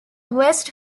west